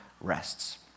rests